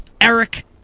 Eric